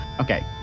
Okay